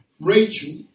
Rachel